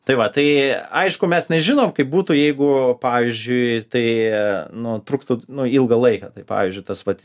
tai va tai aišku mes nežinom kaip būtų jeigu pavyzdžiui tai nu truktų nu ilgą laiką tai pavyzdžiui tas vat